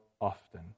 often